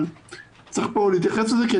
אבל צריך להתייחס לזה כאן,